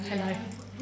Hello